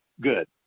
good